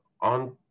on